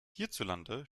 hierzulande